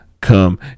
come